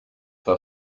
war